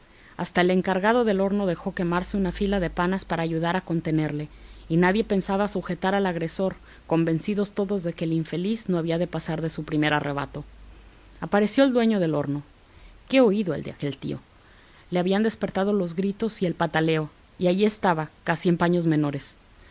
hasta el encargado del horno dejó quemarse una fila de panes para ayudar a contenerle y nadie pensaba sujetar al agresor convencidos todos de que el infeliz no había de pasar de su primer arrebato apareció el dueño del horno qué oído el de aquel tío le habían despertado los gritos y el pataleo y allí estaba casi en paños menores